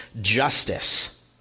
justice